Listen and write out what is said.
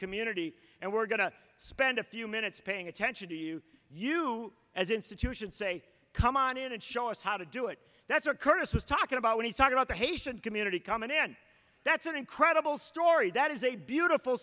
community and we're going to spend a few minutes paying attention to you you as an institution say come on in and show us how to do it that's what curtis was talking about when he talked about the haitian community come in and that's an incredible story that is a beautiful